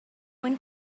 when